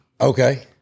Okay